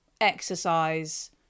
exercise